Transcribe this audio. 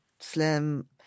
Slim